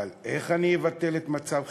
אבל איך אני אבטל את מצב החירום?